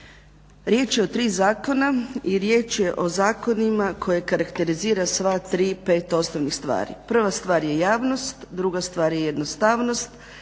Riječ je o tri zakona i riječ je o zakonima koje karakterizira sva tri, pet osnovnih stvari. Prva stvarno je javnost, druga stvar je jednostavnost,